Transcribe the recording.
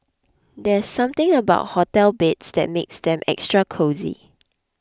there's something about hotel beds that makes them extra cosy